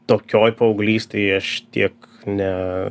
tokioj paauglystėj aš tiek ne